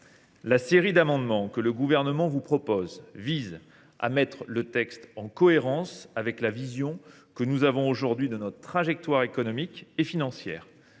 La série d’amendements que le Gouvernement vous propose vise à mettre le texte en cohérence avec la vision que nous avons aujourd’hui de notre trajectoire économique et financière.